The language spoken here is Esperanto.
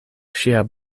ŝia